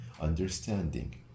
understanding